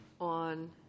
on